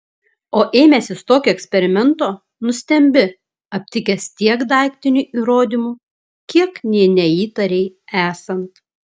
o ėmęsis tokio eksperimento nustembi aptikęs tiek daiktinių įrodymų kiek nė neįtarei esant